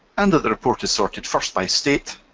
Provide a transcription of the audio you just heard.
and that the report is sorted first by state,